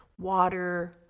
Water